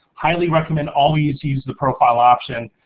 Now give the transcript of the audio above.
highly recommend always use the profile option,